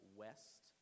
west